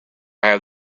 have